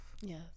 Yes